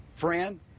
Friend